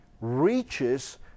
reaches